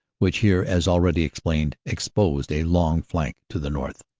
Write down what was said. which here, as already explained, exposed a long flank to the north.